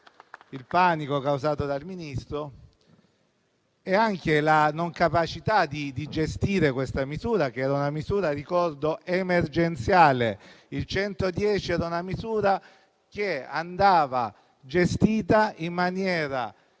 al panico causato dal Ministro e all'incapacità di gestire questa misura, che - lo ricordo - era emergenziale. Il 110 era una misura che andava gestita in maniera